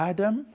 Adam